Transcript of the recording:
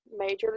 majorly